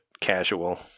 casual